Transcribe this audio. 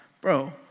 bro